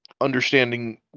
understanding